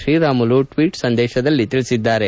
Sriramulu tweet ಸಂದೇಶದಲ್ಲಿ ತಿಳಿಸಿದ್ದಾರೆ